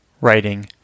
writing